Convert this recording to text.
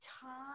time